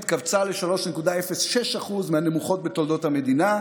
האבטלה התכווצה ל-3.06% מהנמוכות בתולדות המדינה.